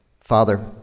Father